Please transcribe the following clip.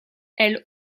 elle